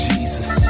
Jesus